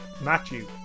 Matthew